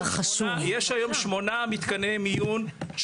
יש היום שמונה מתקני מיון,